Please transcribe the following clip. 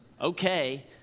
okay